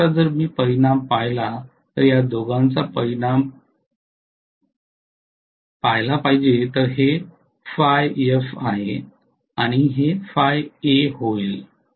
म्हणून आता जर मी परिणाम पाहिला तर या दोघांचा परिणाम पाहिला पाहिजे तर हे Φf आहे आणि हे Φa होईल